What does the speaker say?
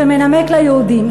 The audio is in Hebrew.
שמנמק ליהודים.